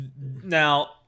Now